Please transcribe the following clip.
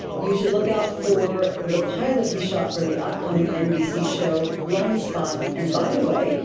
you should look out for the pilot he shot for the upcoming nbc show blindspot. and by the way,